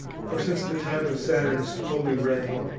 for, since the time of saturn's holy reign,